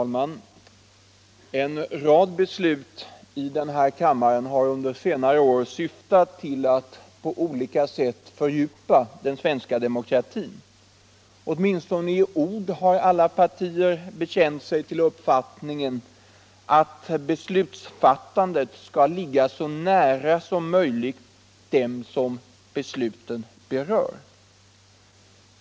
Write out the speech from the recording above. Fru talman! En rad beslut i den här kammaren under senare år har syftat till att på olika sätt fördjupa den svenska demokratin. Åtminstone i ord har alla partier bekänt sig till uppfattningen att beslutsfattandet skall ligga så nära som möjligt dem som besluten berör.